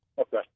Okay